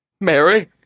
Mary